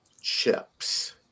chips